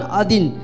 adin